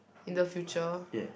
in the future